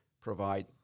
provide